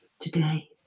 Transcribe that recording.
today